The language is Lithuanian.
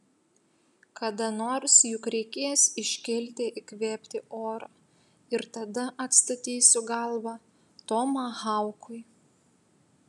kada nors juk reikės iškilti įkvėpti oro ir tada atstatysiu galvą tomahaukui